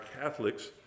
Catholics